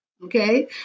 Okay